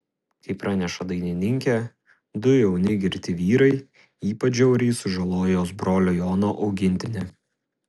kaip praneša dainininkė du jauni girti vyrai ypač žiauriai sužalojo jos brolio jono augintinį